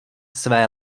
své